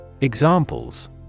Examples